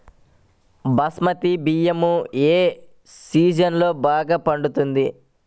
బాస్మతి బియ్యం ఏ సీజన్లో బాగా పండుతుంది?